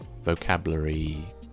vocabulary